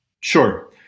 Sure